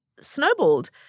snowballed